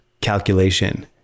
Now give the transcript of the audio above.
calculation